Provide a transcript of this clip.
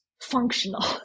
functional